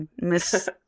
miss